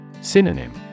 Synonym